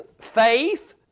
faith